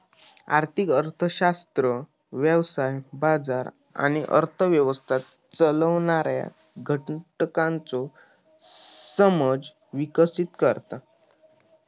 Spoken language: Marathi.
आर्थिक अर्थशास्त्र व्यवसाय, बाजार आणि अर्थ व्यवस्था चालवणाऱ्या घटकांचो समज विकसीत करता